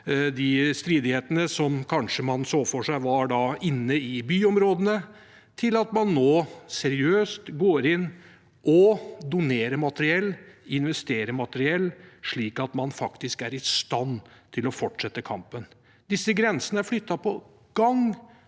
de stridighetene man kanskje så for seg var inne i byområdene, til at man nå seriøst går inn og donerer materiell, investerer materiell, slik at man faktisk er i stand til å fortsette kampen. Disse grensene er flyttet på gang